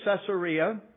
Caesarea